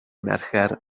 mercher